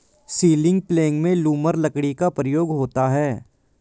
ceiling प्लेग में lumber लकड़ी का प्रयोग होता है